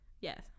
Yes